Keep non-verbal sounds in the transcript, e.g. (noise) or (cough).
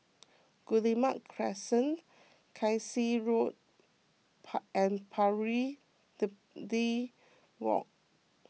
Guillemard Crescent Kasai Road (unintelligible) and Pari (unintelligible) Walk